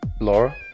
Laura